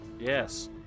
Yes